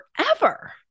forever